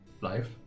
life